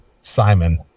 Simon